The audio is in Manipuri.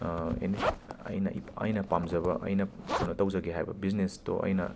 ꯑꯦꯅꯤ ꯑꯩꯅ ꯑꯩꯅ ꯄꯥꯝꯖꯕ ꯑꯩꯅ ꯀꯩꯅꯣ ꯇꯧꯖꯒꯦ ꯍꯥꯏꯕ ꯕꯤꯖꯤꯅꯦꯁꯇꯣ ꯑꯩꯅ